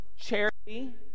Charity